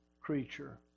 Creature